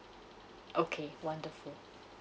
okay wonderful